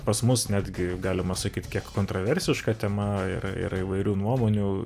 pas mus netgi galima sakyti kiek kontroversiška tema yra ir įvairių nuomonių